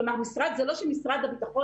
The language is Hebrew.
כלומר זה לא שמשרד הביטחון,